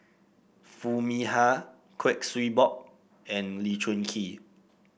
Foo Mee Har Kuik Swee Boon and Lee Choon Kee